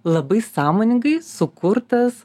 labai sąmoningai sukurtas